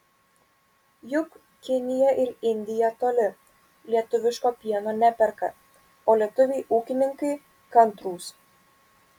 juk kinija ir indija toli lietuviško pieno neperka o lietuviai ūkininkai kantrūs